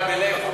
ציפורית,